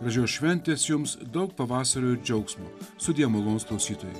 gražios šventės jums daug pavasario ir džiaugsmo sudie malonūs klausytojai